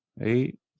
eight